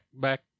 back